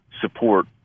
support